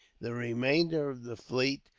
the remainder of the fleet,